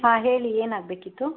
ಹಾಂ ಹೇಳಿ ಏನಾಗಬೇಕಿತ್ತು